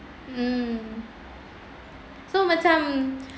mm so macam